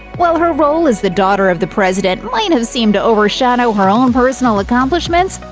while her role as the daughter of the president might have seemed to overshadow her own personal accomplishments,